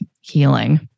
healing